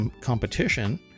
competition